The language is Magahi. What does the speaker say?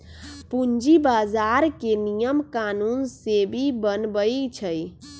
पूंजी बजार के नियम कानून सेबी बनबई छई